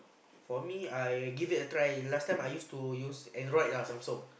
for me I give it a try last time I use to use Android ah Samsung